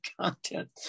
content